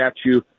statue